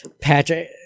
Patrick